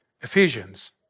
Ephesians